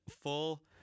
full